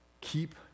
keep